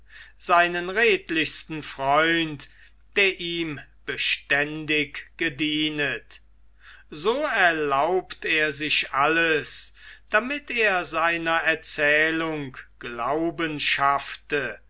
seinen redlichsten freund der ihm beständig gedienet so erlaubt er sich alles damit er seiner erzählung glauben schaffte